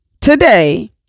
today